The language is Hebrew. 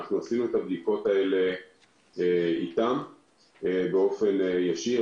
אנחנו עשינו את הבדיקות האלה איתם באופן ישיר,